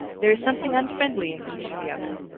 there is something unfriendly in each to the other,